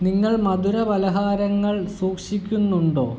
നിങ്ങൾ മധുര പലഹാരങ്ങൾ സൂക്ഷിക്കുന്നുണ്ടോ